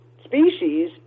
species